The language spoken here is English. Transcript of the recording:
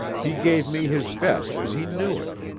he gave me his best as he knew it.